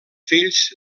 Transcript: fills